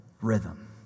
rhythm